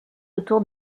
autour